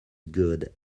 good